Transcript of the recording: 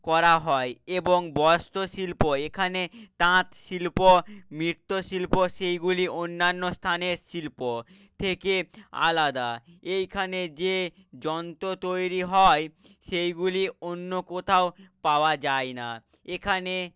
করা হয় এবং বস্ত্রশিল্প এখানে তাঁতশিল্প মৃৎশিল্প সেইগুলি অন্যান্য স্থানের শিল্প থেকে আলাদা এইখানে যে যন্ত্র তৈরি হয় সেইগুলি অন্য কোথাও পাওয়া যায় না এখানে